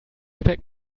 gepäck